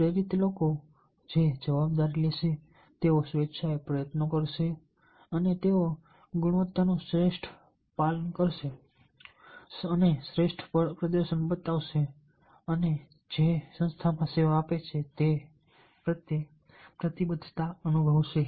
પ્રેરિત લોકો તેઓ જવાબદારી લેશે તેઓ સ્વેચ્છાએ પ્રયત્નો કરશે તેઓ ગુણવત્તાનું શ્રેષ્ઠ પાલન કરશે શ્રેષ્ઠ પ્રદર્શન બતાવશે અને તેઓ જે સંસ્થામાં સેવા આપે છે તે પ્રત્યે પ્રતિબદ્ધતા અનુભવશે